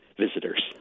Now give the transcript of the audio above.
visitors